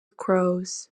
crows